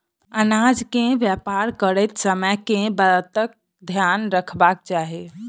अनाज केँ व्यापार करैत समय केँ बातक ध्यान रखबाक चाहि?